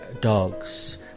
dogs